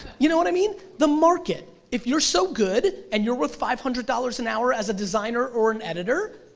you know what i mean? the market, if you're so good, and you're worth five hundred dollars an hour as a designer or editor, editor,